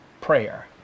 prayer